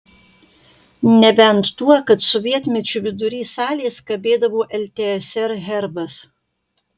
nebent tuo kad sovietmečiu vidury salės kabėdavo ltsr herbas